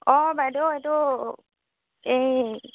অঁ বাইদেউ এইটো এই